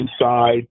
inside